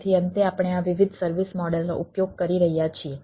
તેથી અંતે આપણે આ વિવિધ સર્વિસ મોડેલનો ઉપયોગ કરી રહ્યા છીએ